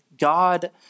God